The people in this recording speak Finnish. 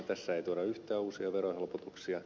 tässä ei tuoda yhtään uusia verohelpotuksia